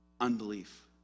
Unbelief